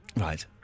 Right